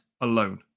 alone